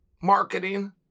marketing